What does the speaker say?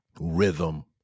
rhythm